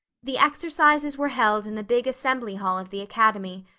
the exercises were held in the big assembly hall of the academy.